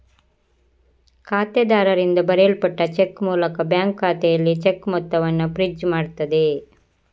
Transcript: ಖಾತೆದಾರರಿಂದ ಬರೆಯಲ್ಪಟ್ಟ ಚೆಕ್ ಮೂಲಕ ಬ್ಯಾಂಕು ಖಾತೆಯಲ್ಲಿ ಚೆಕ್ ಮೊತ್ತವನ್ನ ಫ್ರೀಜ್ ಮಾಡ್ತದೆ